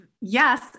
yes